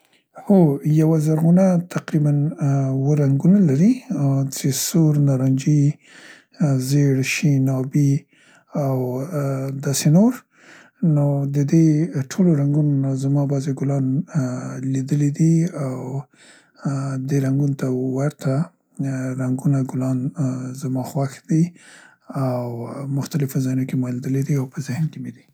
هو، یوه زرغونه تقریباً اووه رنګونه لري څې سور، نارنجي، زیړ، شین، ابي او ا داسې نور نو د دې ټولو رنګونو نه زما بعضې ګلان ا لیدلیي دي او دې رنګونه ته ورته رنګونه ګلان زما خوښ دي اوو مختلفو ځایونو کې ما لیدلي دي او په ذهن کې مې دي.